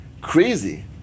crazy